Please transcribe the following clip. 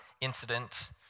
incident